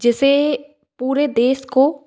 जिसे पूरे देश को